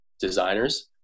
designers